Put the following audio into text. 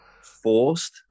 forced